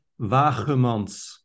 Wagemans